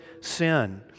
sin